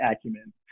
acumen